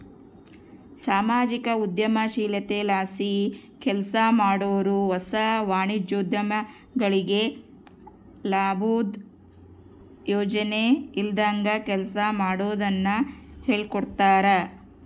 ಸಾಮಾಜಿಕ ಉದ್ಯಮಶೀಲತೆಲಾಸಿ ಕೆಲ್ಸಮಾಡಾರು ಹೊಸ ವಾಣಿಜ್ಯೋದ್ಯಮಿಗಳಿಗೆ ಲಾಬುದ್ ಯೋಚನೆ ಇಲ್ದಂಗ ಕೆಲ್ಸ ಮಾಡೋದುನ್ನ ಹೇಳ್ಕೊಡ್ತಾರ